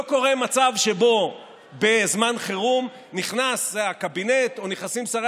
לא קורה מצב שבו בזמן חירום נכנס הקבינט או נכנסים שרי